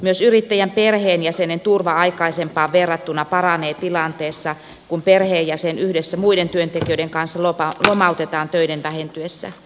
myös yrittäjän perheenjäsenen turva aikaisempaan verrattuna paranee tilanteessa kun perheenjäsen yhdessä muiden työntekijöiden kanssa lomautetaan töiden vähentyessä